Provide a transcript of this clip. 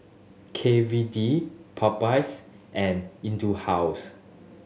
K V D Popeyes and House